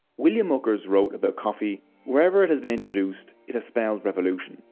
william ukers wrote about coffee wherever it has been introduced it has spelled revolution.